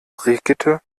brigitte